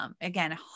again